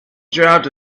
dropped